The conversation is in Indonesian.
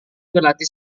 berlatih